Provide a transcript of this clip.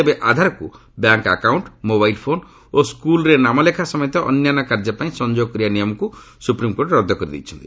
ତେବେ ଆଧାରକୁ bank account mobile phone ଓ ସ୍କୁଲ୍ରେ ନାମଲେଖା ସମେତ ଅନ୍ୟାନ୍ୟ କାର୍ଯ୍ୟପାଇଁ ସଂଯୋଗ କରିବା ନିୟମକୁ ସୁପ୍ରିମ୍କୋର୍ଟ ରଦ୍ଦ କରିଛନ୍ତି